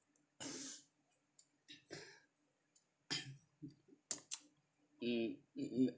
mm mm mm